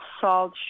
salt